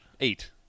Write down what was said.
Eight